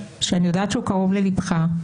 שאני יודעת שהוא קרוב לליבך,